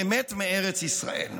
"אמת מארץ ישראל",